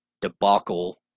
debacle